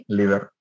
liver